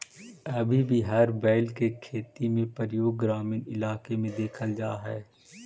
अभी भी हर बैल के खेती में प्रयोग ग्रामीण इलाक में देखल जा हई